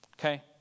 Okay